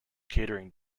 catering